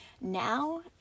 now